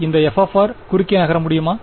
இந்த f குறுக்கே நகர முடியுமா